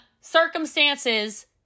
circumstances